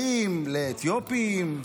באים לאתיופים,